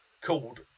called